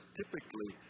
typically